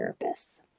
therapists